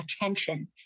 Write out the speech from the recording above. attention